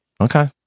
Okay